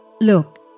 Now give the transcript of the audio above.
Look